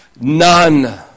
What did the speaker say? None